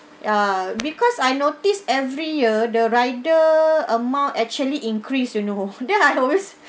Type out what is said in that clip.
ya because I notice every year the rider amount actually increase you know then I always